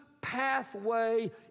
pathway